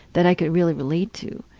that i could really relate to.